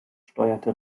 steuerte